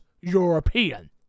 european